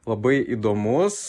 labai įdomus